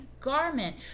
garment